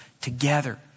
together